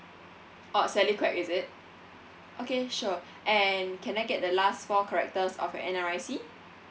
oh sally kwek is it okay sure and can I get the last four characters of your N_R_I_C